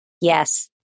Yes